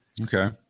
Okay